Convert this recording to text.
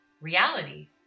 reality